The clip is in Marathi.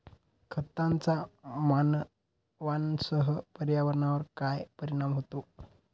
खतांचा मानवांसह पर्यावरणावर काय परिणाम होतो?